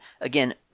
Again